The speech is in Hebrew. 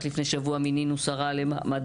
רק לפני שבוע מינינו שרה למעמד